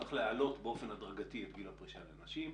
צריך להעלות באופן הדרגתי את גיל הפרישה לנשים,